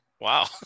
Wow